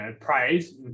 praise